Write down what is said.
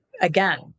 again